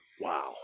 Wow